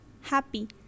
happy